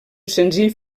senzill